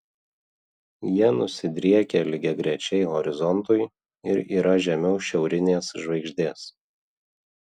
jie nusidriekę lygiagrečiai horizontui ir yra žemiau šiaurinės žvaigždės